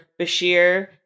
Bashir